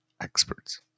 experts